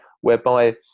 whereby